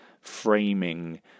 framing